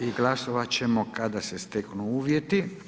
I glasovat ćemo kada se steknu uvjeti.